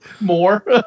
more